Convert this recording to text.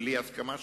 בלי הסכמה שלהם.